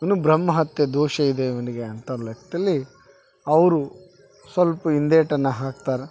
ಇನ್ನು ಬ್ರಹ್ಮ ಹತ್ಯೆ ದೋಷ ಇದೆ ಇವನಿಗೆ ಅಂತ ಲೆಕ್ಕದಲ್ಲಿ ಅವರು ಸ್ವಲ್ಪ ಹಿಂದೇಟನ್ನ ಹಾಕ್ತಾರ